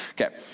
Okay